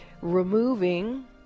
removing